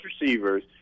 receivers